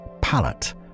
palette